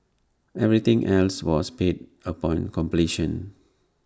everything else was paid upon completion